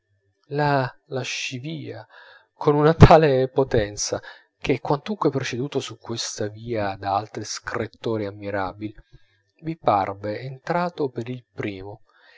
la lascivia con una tale potenza che quantunque preceduto su questa via da altri scrittori ammirabili vi parve entrato per il primo